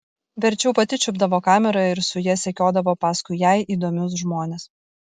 verčiau pati čiupdavo kamerą ir su ja sekiodavo paskui jai įdomius žmones